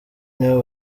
nibo